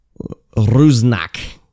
Rusnak